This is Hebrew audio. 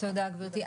תודה, גברתי.